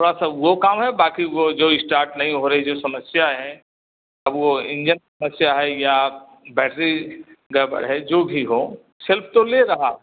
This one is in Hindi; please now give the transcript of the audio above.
थोड़ा सा वो काम है बाक़ी वो जो इस्टार्ट नहीं हो रही जो समस्या है अब वो इंजन समस्या है या बैटरी गड़बड़ है जो भी हो सेल्फ़ तो ले रहा है